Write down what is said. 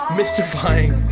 mystifying